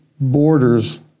borders